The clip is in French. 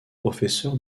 professeur